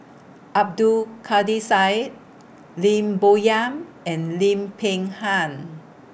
Abdul Kadir Syed Lim Bo Yam and Lim Peng Han